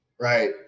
right